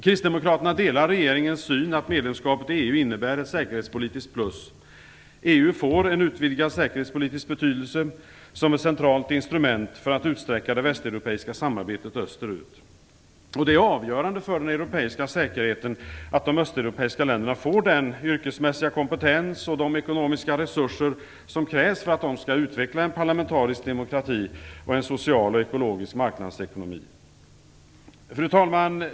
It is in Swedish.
Kristdemokraterna delar regeringens syn att medlemskapet i EU innebär ett säkerhetspolitiskt plus. EU får en utvidgad säkerhetspolitisk betydelse som ett centralt instrument för att utsträcka det västeuropeiska samarbetet österut. Det är avgörande för den europeiska säkerheten att de östeuropeiska länderna får den yrkesmässiga kompetens och de ekonomiska resurser som krävs för att de skall utveckla en parlamentarisk demokrati och en social och ekologisk marknadsekonomi. Fru talman!